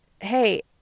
hey